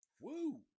woo